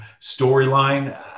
storyline